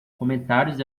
comentários